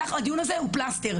הדיון הזה הוא בכלל פלסטר.